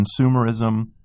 consumerism